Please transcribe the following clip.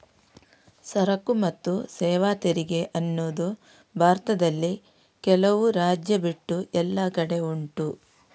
ಸರಕು ಮತ್ತು ಸೇವಾ ತೆರಿಗೆ ಅನ್ನುದು ಭಾರತದಲ್ಲಿ ಕೆಲವು ರಾಜ್ಯ ಬಿಟ್ಟು ಎಲ್ಲ ಕಡೆ ಉಂಟು